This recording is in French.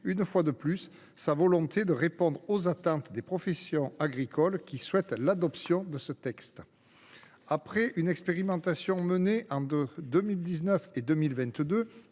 une fois de plus sa volonté de répondre aux attentes des professions agricoles, qui souhaitent l’adoption de ce texte. Après une expérimentation menée entre 2019 et 2022